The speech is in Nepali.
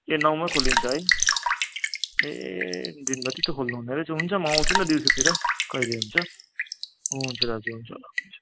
ए नौमा खोलिन्छ है ए दिनभरि त खोल्नुहुँदोरहेछ हुन्छ म आउँछु नि त दिउँसोतिर कहिले हुन्छ हुन्छ दाजु हुन्छ ल हुन्छ हुन्छ